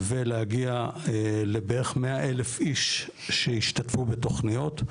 ולהגיע לבערך 100 אלף איש שהשתתפו בתוכניות,